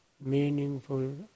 meaningful